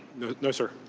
no sir,